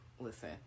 listen